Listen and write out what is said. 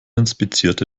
inspizierte